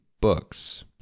books